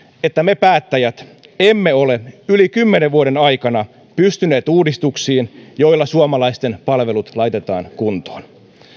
että me päättäjät emme ole yli kymmenen vuoden aikana pystyneet uudistuksiin joilla suomalaisten palvelut laitetaan kuntoon